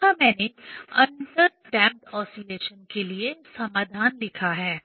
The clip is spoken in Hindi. यहाँ मैंने अंडर डैंपड ऑस्लेशन के लिए समाधान लिखा है